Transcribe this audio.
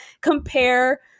compare